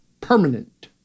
permanent